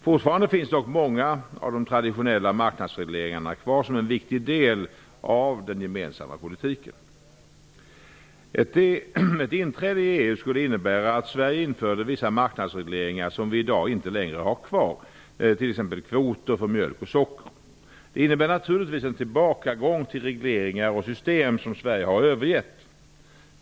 Fortfarande finns dock många av de traditionella marknadsregleringarna kvar som en viktig del av den gemensamma jordbrukspolitiken. Ett inträde i EU skulle innebära att Sverige införde vissa marknadsregleringar som vi i dag inte längre har kvar, t.ex. kvoter för mjölk och socker. Det innebär naturligtvis en tillbakagång till regleringar och system som Sverige har övergett.